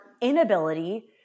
inability